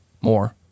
more